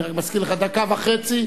אני רק מזכיר לך: דקה וחצי.